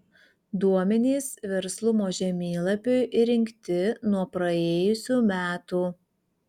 duomenys verslumo žemėlapiui rinkti nuo praėjusių metų